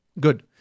Good